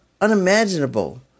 unimaginable